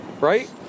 right